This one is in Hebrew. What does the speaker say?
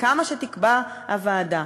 כמה שתקבע הוועדה,